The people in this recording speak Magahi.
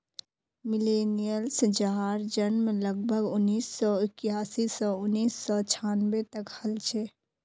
मिलेनियल्स जहार जन्म लगभग उन्नीस सौ इक्यासी स उन्नीस सौ छानबे तक हल छे